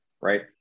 Right